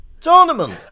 tournament